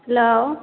hello